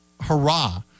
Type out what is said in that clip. hurrah